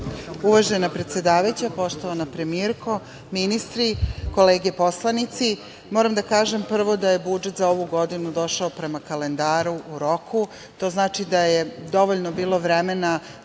Uvažena predsedavajuća, poštovana premijerko, ministri, kolege poslanici, moram da kažem prvo da je budžet za ovu godinu došao prema kalendaru, u roku, to znači da je dovoljno bilo vremena